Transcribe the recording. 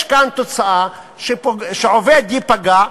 יש כאן תוצאה שהעובד ייפגע,